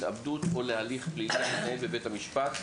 התאבדות או להליך פלילי בבית המשפט,